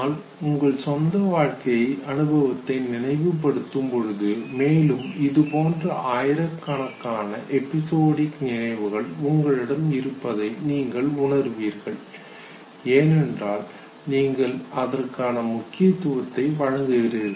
ஆனால் உங்கள் சொந்த வாழ்க்கை அனுபவத்தை நினைவுபடுத்தும் போது மேலும் இது போன்ற ஆயிரக்கணக்கான எபிசோடிக் நினைவுகள் உங்களிடம் இருப்பதை நீங்கள் உணருவீர்கள் ஏனென்றால் நீங்கள் அதற்கான முக்கியத்துவத்தை வழங்குகிறீர்கள்